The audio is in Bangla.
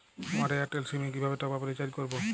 আমার এয়ারটেল সিম এ কিভাবে টপ আপ রিচার্জ করবো?